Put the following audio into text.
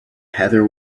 heather